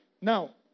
Now